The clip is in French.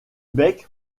bec